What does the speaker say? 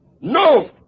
No